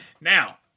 Now